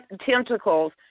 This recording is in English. tentacles